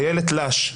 איילת לש,